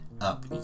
up